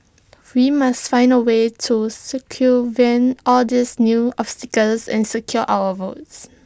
we must find A way to circumvent all these new obstacles and secure our votes